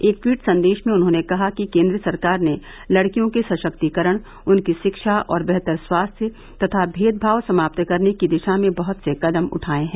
एक टवीट संदेश में उन्होंने कहा कि केंद्र सरकार ने लडकियों के सशक्तिकरण उनकी शिक्षा और बेहतर स्वास्थ्य तथा भेदभाव समाप्त करने की दिशा में बहत से कदम उठाए हैं